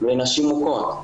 ונשים מוכות,